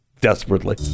Desperately